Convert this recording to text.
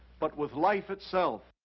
but with life itself.